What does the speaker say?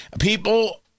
people